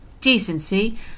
decency